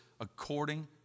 according